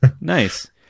Nice